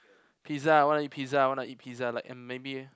pizza I want to eat pizza I want to eat pizza like uh maybe